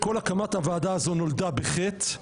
כל הקמת הוועדה הזאת נולדה בחטא.